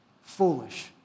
Foolish